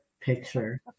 picture